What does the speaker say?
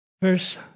Verse